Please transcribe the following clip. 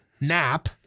Nap